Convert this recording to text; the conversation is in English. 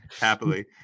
happily